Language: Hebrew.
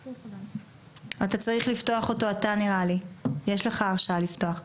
אנחנו שאלנו אותך אם מישהו יסביר זאת מבחינה מדעית,